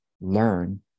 learn